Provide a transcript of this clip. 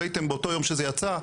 ראיתם באותו יום שזה יצא,